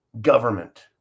government